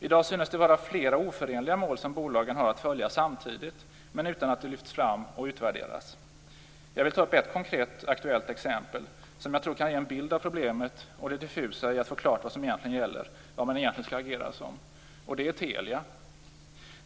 I dag synes det vara flera oförenliga mål som bolagen samtidigt har att följa, men utan att det lyfts fram och utvärderas. Jag vill ta ett konkret aktuellt exempel som jag tror kan ge en bild av problemet och det diffusa i att få klart vad som egentligen gäller, vad man egentligen skall agera som. Det gäller Telia.